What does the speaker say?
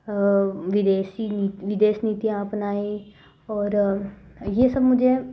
विदेशी विदेश नीतियाँ अपनाई और यह सब मुझे